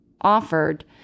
offered